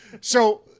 So-